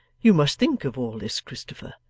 you must think of all this, christopher,